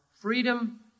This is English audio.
freedom